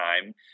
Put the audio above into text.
time